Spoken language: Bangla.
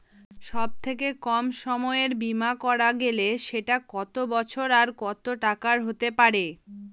সব থেকে কম সময়ের বীমা করা গেলে সেটা কত বছর আর কত টাকার হতে পারে?